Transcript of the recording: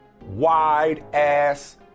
Wide-ass